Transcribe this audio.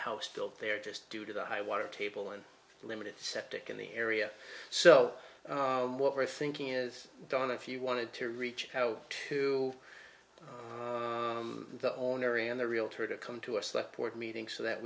house built there just due to the high water table and limited septic in the area so what we're thinking is done if you wanted to reach out to the owner and the realtor to come to us that board meeting so that